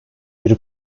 bir